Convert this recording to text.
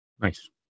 Nice